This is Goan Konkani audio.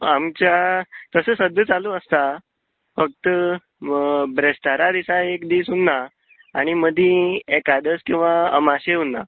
हय आमच्या तशें सद्दां चालू आसता फक्त बिरेस्तारा दिसा एक दिस उरना आनी मदी एकादस किंवां अमाशे उरना